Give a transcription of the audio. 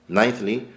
ninthly